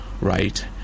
right